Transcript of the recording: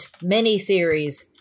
miniseries